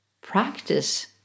practice